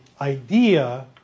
idea